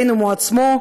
הוא עצמו,